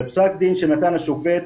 בפסק דין שנתן השופט,